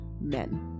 men